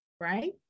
right